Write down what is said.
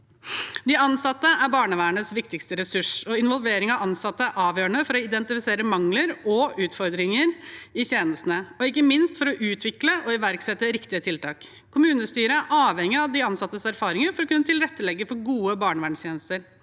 De ansatte er barnevernets viktigste ressurs, og involvering av ansatte er avgjørende for å identifisere mangler og utfordringer i tjenestene og ikke minst for å utvikle og iverksette riktige tiltak. Kommunestyret er avhengig av de ansattes erfaringer for å kunne tilrettelegge for gode barnevernstjenester.